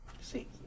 See